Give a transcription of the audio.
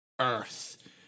earth